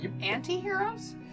anti-heroes